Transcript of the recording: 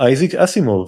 אייזק אסימוב